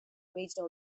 regional